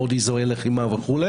עוד אזורי לחימה וכו',